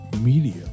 media